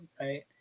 right